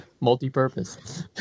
multi-purpose